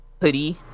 hoodie